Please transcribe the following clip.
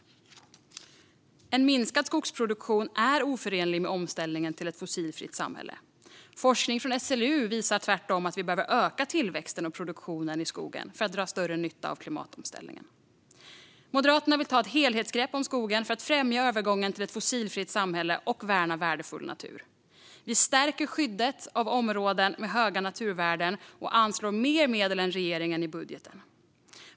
En minskad skogsproduktion är oförenlig med omställningen till ett fossilfritt samhälle. Forskning från SLU visar tvärtom att vi behöver öka tillväxten och produktionen i skogen för att dra större nytta av klimatomställningen. Moderaterna vill ta ett helhetsgrepp om skogen för att främja övergången till ett fossilfritt samhälle och värna värdefull natur. Vi stärker skyddet av områden med höga naturvärden och anslår mer medel än regeringen i budgeten.